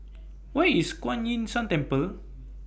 Where IS Kuan Yin San Temple